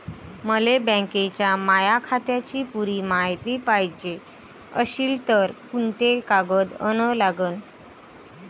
मले बँकेच्या माया खात्याची पुरी मायती पायजे अशील तर कुंते कागद अन लागन?